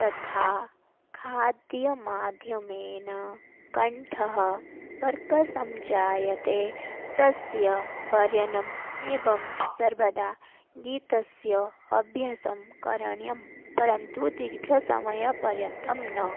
तथा खाद्यमाध्यमेन कण्ठः कर्कषः जायते तस्य बर्यनम् एवं सर्वदा गीतस्य अभ्यासः करणीयः परन्तु दीर्घसमयपर्यन्तं न